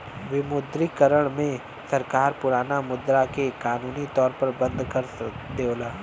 विमुद्रीकरण में सरकार पुराना मुद्रा के कानूनी तौर पर बंद कर देवला